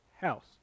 house